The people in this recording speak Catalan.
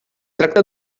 tracta